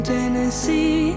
Tennessee